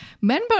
men